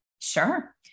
Sure